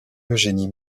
eugénie